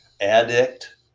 addict